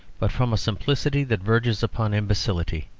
but from a simplicity that verges upon imbecility.